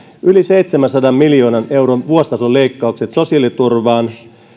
yli seitsemänsadan miljoonan euron vuositason leikkaukset sosiaaliturvaan